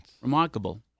Remarkable